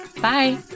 Bye